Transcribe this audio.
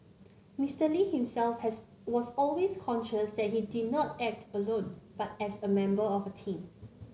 Mister Lee himself has was always conscious that he did not act alone but as a member of a team